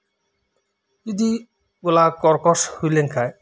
ᱡᱩᱫᱤ ᱜᱚᱞᱟ ᱠᱚᱨᱠᱚᱥ ᱦᱩᱭ ᱞᱮᱱ ᱠᱷᱟᱡ